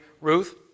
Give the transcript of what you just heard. Ruth